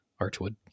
Archwood